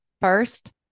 First